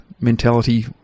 mentality